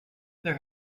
there